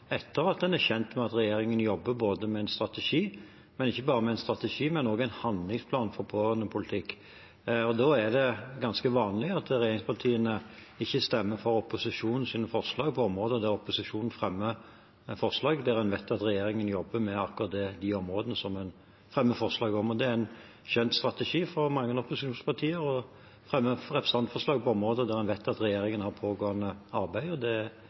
etter at en er kjent med at regjeringen jobber med en strategi – men ikke bare med en strategi, også med en handlingsplan for pårørendepolitikk. Da er det ganske vanlig at regjeringspartiene ikke stemmer for opposisjonens forslag, når man vet at regjeringen jobber med akkurat de områdene man fremmer forslag om. Det er en kjent strategi for mange opposisjonspartier å fremme representantforslag på områder der en vet at regjeringen har et pågående arbeid, noe Senterpartiet ganske ofte gjør. Det